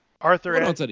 Arthur